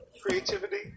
creativity